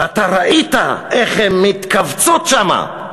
ואתה ראית איך הן מתכווצות שם.